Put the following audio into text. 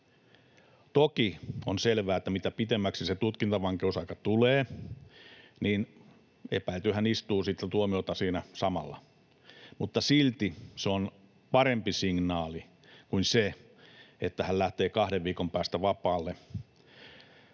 Toki on selvää, että kun se tutkintavankeusaika tulee pitemmäksi, niin epäiltyhän istuu sitten tuomiota siinä samalla, mutta silti se on parempi signaali kuin se, että hän lähtee kahden viikon päästä vapaalle